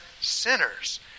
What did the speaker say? sinners